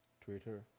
Twitter